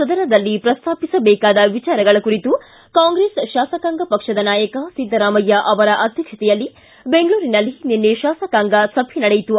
ಸದನದಲ್ಲಿ ಪ್ರಸ್ತಾಪಿಸಬೇಕಾದ ವಿಚಾರಗಳ ಕುರಿತು ಕಾಂಗ್ರೆಸ್ ಶಾಸಕಾಂಗ ಪಕ್ಷದ ನಾಯಕ ಸಿದ್ದರಾಮಯ್ಯ ಅವರ ಅಧ್ಯಕ್ಷತೆಯಲ್ಲಿ ಬೆಂಗಳೂರಿನಲ್ಲಿ ನಿನ್ನೆ ಶಾಸಕಾಂಗ ಸಭೆ ನಡೆಯಿತು